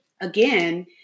again